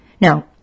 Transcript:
Now